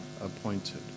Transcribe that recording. appointed